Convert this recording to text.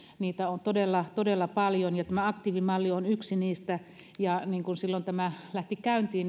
niitä on todella todella paljon ja tämä aktiivimalli on yksi niistä ja kyllähän silloin kun tämä lähti käyntiin